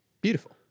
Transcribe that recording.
Beautiful